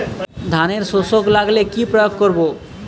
ধানের শোষক লাগলে কি প্রয়োগ করব?